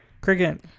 Cricket